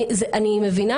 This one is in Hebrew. אני מבינה,